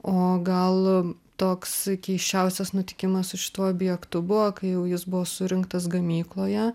o gal toks keisčiausias nutikimas su šituo objektu buvo kai jau jis buvo surinktas gamykloje